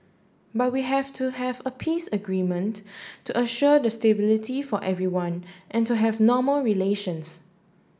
but we have to have a peace agreement to assure the stability for everyone and to have normal relations